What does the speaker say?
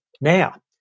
Now